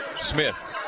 Smith